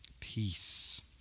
Peace